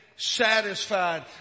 satisfied